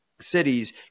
cities